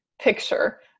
picture